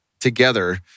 together